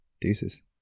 Deuces